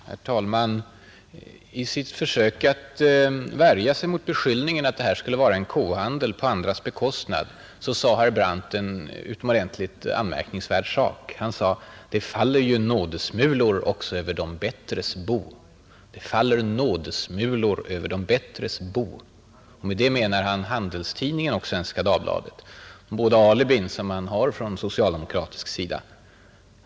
Herr talman! I sitt försök att värja sig mot beskyllningen att det här skulle vara en kohandel på andras bekostnad sade herr Brandt något utomordentligt anmärkningsvärt: ”Det faller ju nådesmulor också över de bättres bord.” Med det menar han Handelstidningen och Svenska Dagbladet — de båda alibin som man har från socialdemokratisk sida.